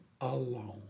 alone